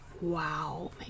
Wow